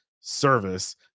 service